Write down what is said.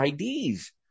IDs